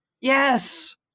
Yes